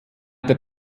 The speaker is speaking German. der